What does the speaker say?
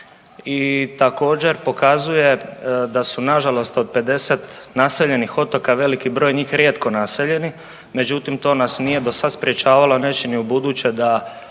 i također pokazuje da su nažalost od 50 naseljenih otoka veliki broj njih rijetko naseljeni. Međutim, to nas nije do sad sprječavalo, a neće ni ubuduće da